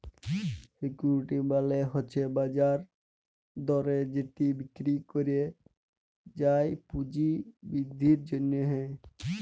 security মালে হছে বাজার দরে যেট বিক্কিরি ক্যরা যায় পুঁজি বিদ্ধির জ্যনহে